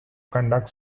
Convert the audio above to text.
conduct